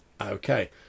Okay